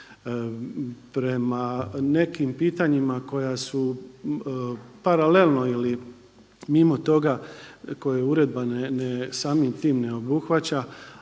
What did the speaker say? prema nekim pitanjima koja su paralelno ili mimo toga koje uredba samim tim ne obuhvaća,